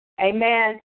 Amen